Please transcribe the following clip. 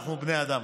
אנחנו בני אדם,